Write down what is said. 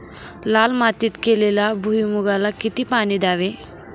लाल मातीत केलेल्या भुईमूगाला किती पाणी द्यावे?